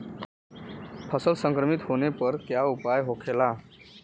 फसल संक्रमित होने पर क्या उपाय होखेला?